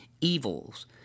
evils